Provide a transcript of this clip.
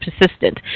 persistent